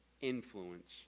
influence